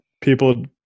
People